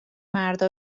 مردا